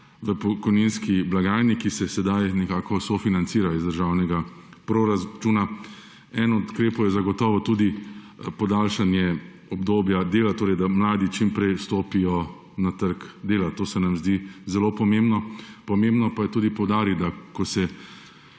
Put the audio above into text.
v pokojninski blagajni, ki se sedaj nekako sofinancira iz državnega proračuna. En od ukrepov je zagotovo tudi podaljšanje obdobja dela, torej da mladi čimprej stopijo na trg dela. To se nam zdi zelo pomembno. Pomembno pa je tudi poudariti, ko se